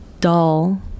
dull